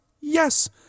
Yes